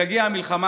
כשתגיע המלחמה